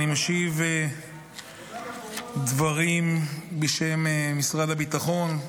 אני משיב דברים בשם משרד הביטחון.